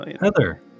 Heather